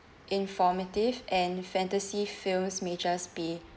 informative and fantasy films may just be